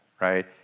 right